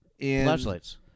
flashlights